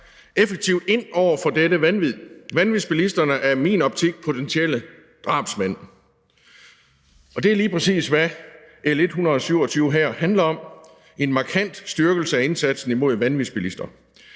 effektivt ind over for dette vanvid. Vanvidsbilisterne er i min optik potentielle drabsmænd. Og det er lige præcis, hvad L 127 her handler om: en markant styrkelse af indsatsen mod vanvidsbilister.